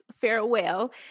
farewell